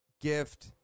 gift